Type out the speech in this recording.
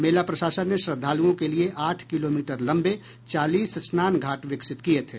मेला प्रशासन ने श्रद्धालुओं के लिए आठ किलोमीटर लंबे चालीस स्नान घाट विकसित किए थे